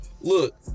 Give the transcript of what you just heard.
look